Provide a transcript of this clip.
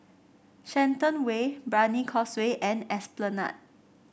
Shenton Way Brani Causeway and Esplanade